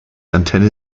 antenne